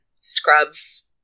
Scrubs